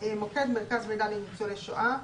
מוקד מרכז מידע לניצולי שואה,